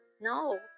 no